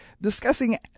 discussing